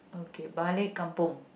okay balik kampung